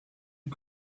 you